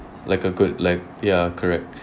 like a good like ya correct